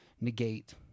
negate